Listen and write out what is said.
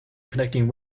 connecting